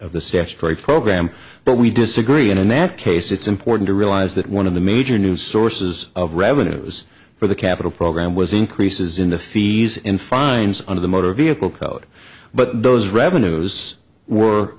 statutory program but we disagree and in that case it's important to realize that one of the major news sources of revenues for the capital program was increases in the fees in fines under the motor vehicle code but those revenues were